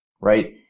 right